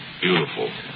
Beautiful